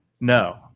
No